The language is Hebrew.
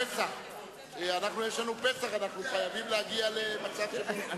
מספקת כדי שאנחנו נוכל לקצר דיונים,